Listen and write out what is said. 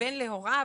בן להוריו